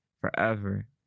forever